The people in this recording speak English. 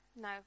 no